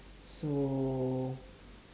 so